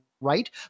Right